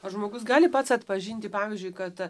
o žmogus gali pats atpažinti pavyzdžiui kad a